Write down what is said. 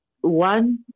one